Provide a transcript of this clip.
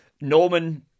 Norman